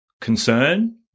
concern